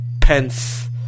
Pence